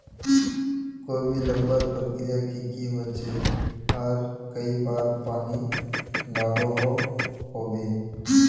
कोबी लगवार प्रक्रिया की की होचे आर कई बार पानी लागोहो होबे?